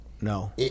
No